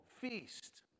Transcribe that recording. feast